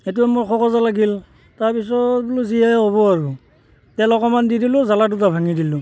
সেইটো মোক খোকোজা লাগিল তাৰপিছত বোলো যি হয় হ'ব আৰু তেল অকণমান দি দিলোঁ জ্বালা দুটা ভাঙি দিলোঁ